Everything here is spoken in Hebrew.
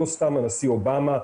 לא סתם הנשיא אובמה,